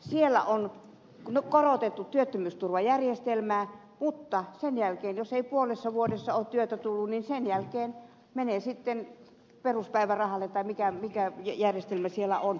siellä on korotettu työttömyysturvaa mutta jos ei puolessa vuodessa ole työtä tullut niin sen jälkeen menee sitten peruspäivärahalle tai mikä järjestelmä siellä on